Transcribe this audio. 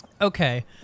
okay